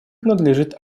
надлежит